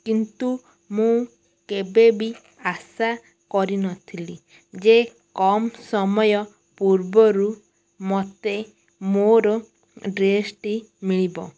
କିନ୍ତୁ ମୁଁ କେବେ ବି ଆଶା କରିନଥିଲି ଯେ କମ୍ ସମୟ ପୂର୍ବରୁ ମୋତେ ମୋର ଡ୍ରେସ୍ଟି ମିଳିବ